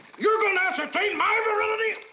you're going to ascertain my virility!